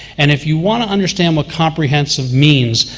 and if you want to understand what comprehensive means,